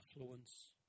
affluence